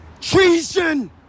treason